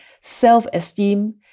self-esteem